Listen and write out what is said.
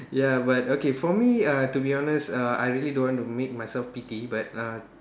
ya but okay for me uh to be honest uh I really don't want to make myself pity but